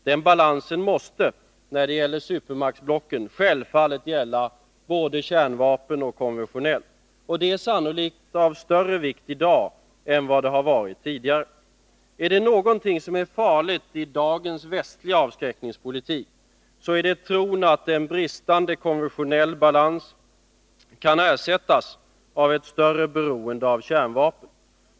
Den balansen måste — när det gäller supermaktsblocken -— självfallet gälla både kärnvapen och konventionella vapen, och det är sannolikt av större vikt i dag än vad det har varit tidigare. Är det någonting som är farligt i dagens västliga avskräckningspolitik, så är det tron att en bristande konventionell balans kan ersättas av ett större beroende av kärnvapen.